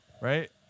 right